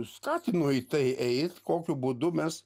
skatino į tai eit kokiu būdu mes